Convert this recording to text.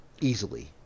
easily